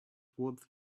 worth